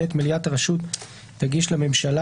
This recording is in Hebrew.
(ב) מליאת הרשות תגיש לממשלה,